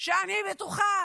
שאני בטוחה